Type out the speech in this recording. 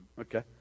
Okay